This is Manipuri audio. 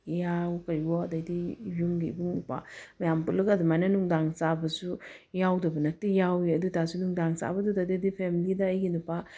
ꯏꯌꯥꯑꯣ ꯀꯔꯤꯑꯣ ꯑꯗꯩꯗꯤ ꯌꯨꯝꯒꯤ ꯏꯕꯨꯡ ꯏꯄ꯭ꯋꯥ ꯃꯌꯥꯝ ꯄꯨꯜꯂꯒ ꯑꯗꯨꯃꯥꯏꯅ ꯅꯨꯡꯗꯥꯡ ꯆꯥꯕꯁꯨ ꯌꯥꯎꯗꯕ ꯅꯠꯇꯦ ꯌꯥꯎꯏ ꯑꯗꯨꯑꯣꯏꯇꯥꯔꯁꯨ ꯅꯨꯡꯗꯥꯡ ꯆꯥꯕꯗꯨꯗꯗꯤ ꯐꯦꯝꯂꯤꯗ ꯑꯩꯒꯤ ꯅꯨꯄꯥ